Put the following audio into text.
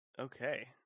okay